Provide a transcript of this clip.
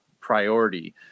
priority